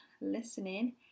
listening